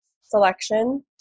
selection